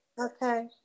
Okay